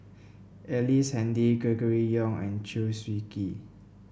Ellice Handy Gregory Yong and Chew Swee Kee